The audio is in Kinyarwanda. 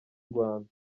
rwanda